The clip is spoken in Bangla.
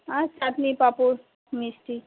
আর চাটনি পাপড় মিষ্টি